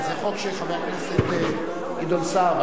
זה חוק של חבר הכנסת גדעון סער,